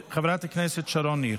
חברת הכנסת שרון ניר.